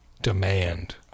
demand